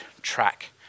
track